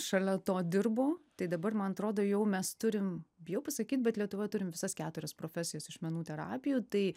šalia to dirbu tai dabar man atrodo jau mes turim bijau pasakyt bet lietuvoj turime visas keturias profesijas iš menų terapijų tai